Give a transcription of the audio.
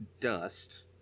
Dust